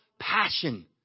passion